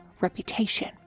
reputation